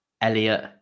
Elliot